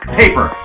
paper